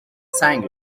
سنگ